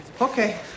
Okay